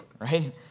right